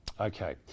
Okay